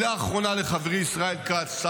מילה אחרונה לחברי ישראל כץ,